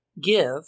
give